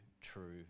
true